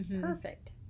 Perfect